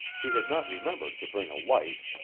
he had not remembered to bring a light,